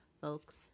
folks